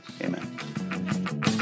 Amen